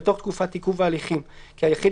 בתוך תקופת עיכוב ההליכים כי היחיד